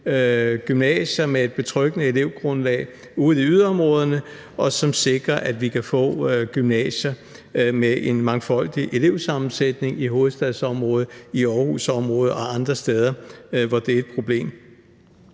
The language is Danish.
gymnasium med et betryggende elevgrundlag ude i yderområderne, og sikrer, at vi kan få gymnasier med en mangfoldig elevsammensætning i hovedstadsområdet, Aarhusområdet og andre steder, hvor det er et problem.